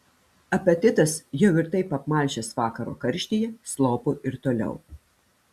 apetitas jau ir taip apmalšęs vakaro karštyje slopo ir toliau